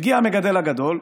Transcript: מגיע המגדל הגדול,